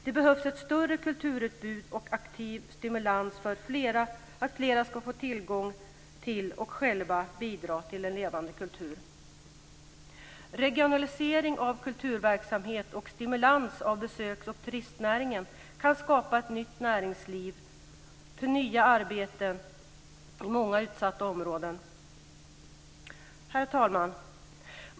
Det behövs ett större kulturutbud och aktiv stimulans för att flera ska få tillgång till och själva bidra till en levande kultur. Regionalisering av kulturverksamhet och stimulans av besöks och turistnäringen kan skapa ett nytt näringsliv och nya arbeten i många utsatta områden. Herr talman!